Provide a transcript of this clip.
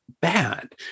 bad